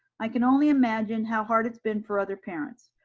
i can only imagine how hard it's been for other parents.